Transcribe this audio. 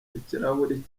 ikirahuri